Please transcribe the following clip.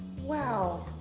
wow.